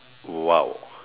!wow!